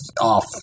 off